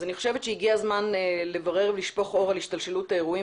אני חושבת שהגיע הזמן לברר ולשפוך אור על השתלשלות האירועים